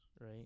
Right